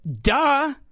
duh